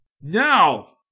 Now